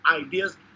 ideas